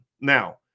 Now